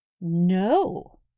No